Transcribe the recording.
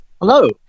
Hello